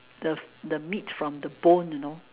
the the meat from the bone you know